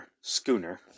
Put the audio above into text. schooner